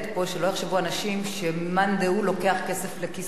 שלא יחשבו אנשים שמאן דהוא לוקח כסף לכיסו כדי,